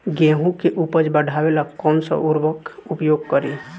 गेहूँ के उपज बढ़ावेला कौन सा उर्वरक उपयोग करीं?